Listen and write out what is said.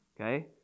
Okay